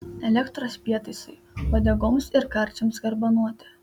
elektros prietaisai uodegoms ir karčiams garbanoti